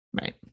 Right